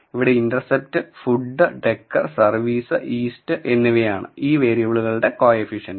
ഇവിടെ intercept food decor service east എന്നിവയാണ് ഈ വേരിയബിളുകളുടെ കോഎഫിഷെൻറ്സ്